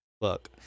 Look